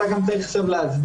אתה גם צריך עכשיו להסביר,